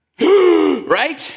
Right